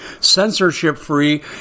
censorship-free